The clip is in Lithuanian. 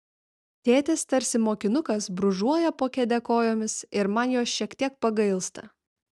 tėtis tarsi mokinukas brūžuoja po kėde kojomis ir man jo šiek tiek pagailsta